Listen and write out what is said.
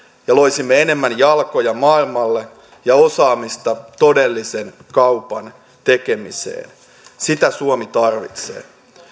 ja loisimme enemmän jalkoja maailmalle ja osaamista todellisen kaupan tekemiseen sitä suomi tarvitsee